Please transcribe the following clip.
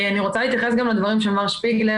אני רוצה להתייחס גם לדברים שאמר שפיגלר.